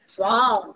wow